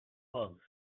bugs